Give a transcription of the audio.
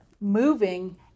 moving